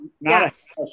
Yes